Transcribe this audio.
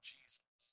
Jesus